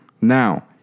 Now